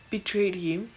betrayed him